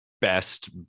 best